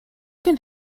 can